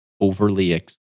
overly